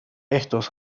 estos